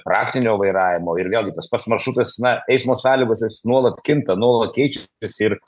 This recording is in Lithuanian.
praktinio vairavimo ir vėl gi tas pats maršrutas na eismo sąlygos jos nuolat kinta nuolat keičiasi ir